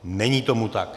Není tomu tak.